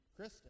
Krista